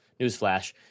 newsflash